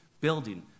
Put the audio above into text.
building